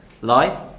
life